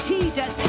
Jesus